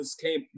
came